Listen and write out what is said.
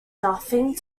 nothing